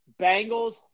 Bengals